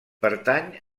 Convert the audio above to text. pertany